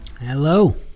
Hello